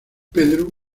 pedro